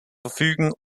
verfügen